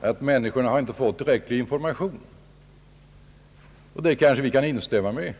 att människorna inte har fått tillräcklig information. Det kan vi kanske instämma med.